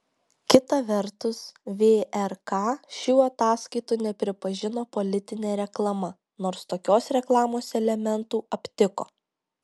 kita vertus vrk šių ataskaitų nepripažino politine reklama nors tokios reklamos elementų aptiko